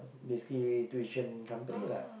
basically tuition company lah